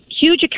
huge